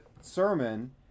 sermon